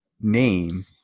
name